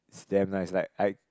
it's damn nice like I